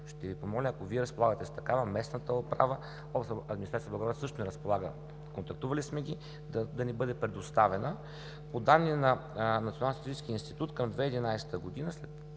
Ще Ви помоля, ако Вие разполагате с такава, местната управа, Администрацията на Благоевград също не разполага. Контактували сме да ни бъде предоставена. По данни на Националния статистически институт към 2011 г.,